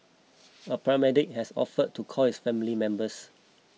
a paramedic has offered to call his family members